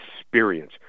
experience